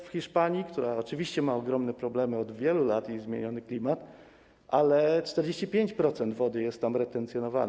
W Hiszpanii, która oczywiście ma ogromne problemy od wielu lat - zmieniony klimat - 45% wody jest retencjonowane.